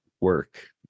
work